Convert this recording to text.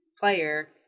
player